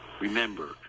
Remember